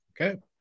Okay